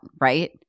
right